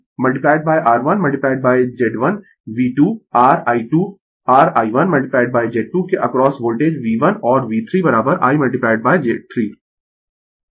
तो तो I1 R1Z1V2 r I 2 r I Z2 के अक्रॉस वोल्टेज V1 और V3 I Z 3